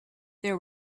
there